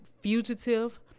fugitive